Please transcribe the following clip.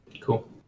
cool